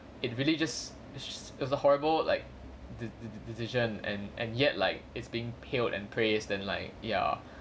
it really just it's a horrible like de~ de~ de~ decision and and yet like it's being peeled and prayers then like ya